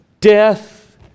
death